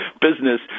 business